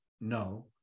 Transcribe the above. No